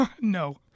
No